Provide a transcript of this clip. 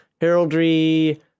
Heraldry